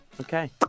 Okay